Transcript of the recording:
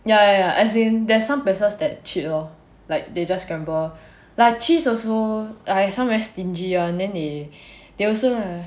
ya ya ya as in there's some places that cheat lor like they just scramble like cheese also like some very stingy one then they they also !hais!